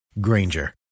Granger